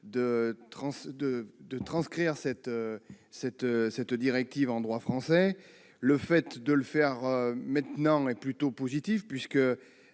de transcrire cette directive en droit français. Le fait de la transcrire maintenant est plutôt positif, puisque